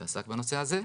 שעסק בנושא הזה.